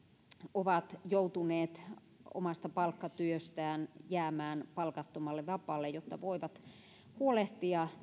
ovat joutuneet omasta palkkatyöstään jäämään palkattomalle vapaalle jotta voivat huolehtia